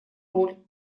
роль